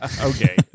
Okay